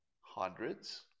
Hundreds